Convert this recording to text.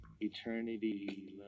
Eternity